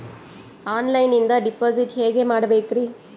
ಆನ್ಲೈನಿಂದ ಡಿಪಾಸಿಟ್ ಹೇಗೆ ಮಾಡಬೇಕ್ರಿ?